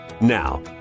Now